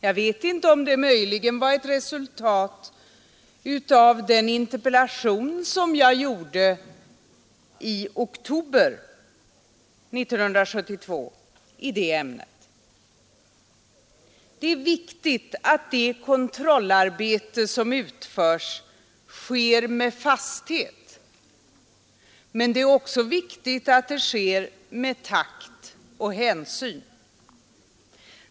Jag vet inte om det möjligen var ett resultat av min interpellation i oktober 1972 i det ämnet. Det är viktigt att det kontrollarbete som utförs sker med fasthet, men det är också viktigt att det sker med takt och hänsyn.